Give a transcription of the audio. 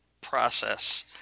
process